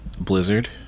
Blizzard